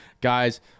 guys